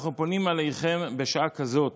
אנחנו פונים אליכם בשעה כזאת,